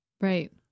right